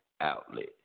outlet